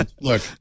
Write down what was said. look